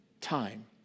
time